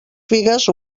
figues